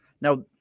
now